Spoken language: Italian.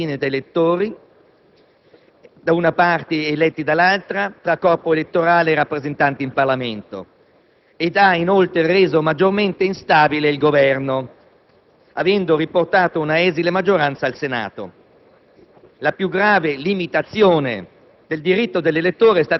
al contrario, la legge ha prodotto un gravissimo distacco tra cittadini elettori, da una parte, ed eletti, dall'altra, tra corpo elettorale e rappresentanti in Parlamento ed ha, inoltre, reso maggiormente instabile il Governo, avendo riportato una esile maggioranza al Senato.